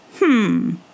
Hmm